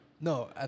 No